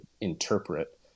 interpret